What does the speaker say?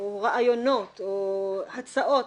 או רעיונות, או הצעות